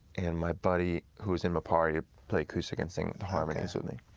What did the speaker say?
and my buddy who was in mappari played acoustic and sing the harmonies with me.